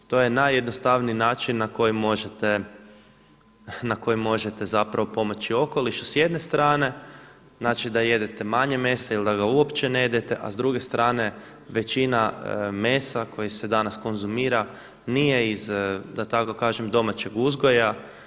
To je najjednostavniji način na koji možete pomoći okolišu s jedne strane da jedete manje mesa ili da ga uopće ne jedete, a s druge strane većina mesa koji se danas konzumira nije iz da tako kažem domaćeg uzgoja.